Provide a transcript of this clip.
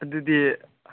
ꯑꯗꯨꯗꯤ